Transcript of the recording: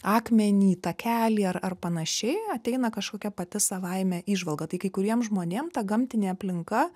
akmenį takelį ar ar panašiai ateina kažkokia pati savaime įžvalga tai kai kuriem žmonėm ta gamtinė aplinka